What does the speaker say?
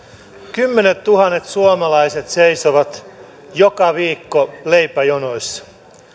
kymmenettuhannet suomalaiset seisovat joka viikko leipäjonoissa